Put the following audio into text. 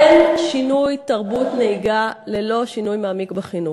אין שינוי תרבות נהיגה ללא שינוי מעמיק בחינוך.